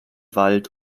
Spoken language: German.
wald